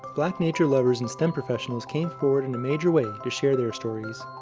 black nature lovers and stem professionals came forward in a major way to share their stories.